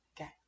Okay